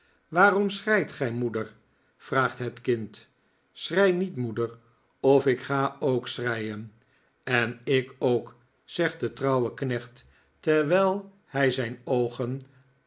waarom schreit gij moeder vraagt het kind schrei niet moeder of ik ga ook schreien en ik ook zegt de trouwe knecht terwijl hij zijn oogen